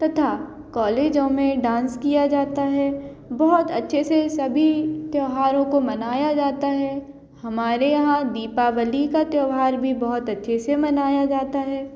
तथा कॉलेजों में डांस किया जाता है बहुत अच्छे से सभी त्योहारों को मनाया जाता है हमारे यहाँ दीपावली का त्योहार भी बहुत अच्छे से मनाया जाता है